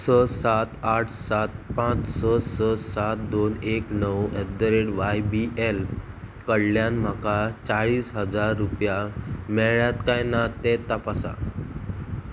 स सात आठ सात पांच स सात दोन एक णव at the rate Y B L कडल्यान म्हाका चाळीस हजार रुपया मेळ्ळ्यात काय ना तें तपासा